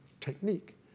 technique